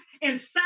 inside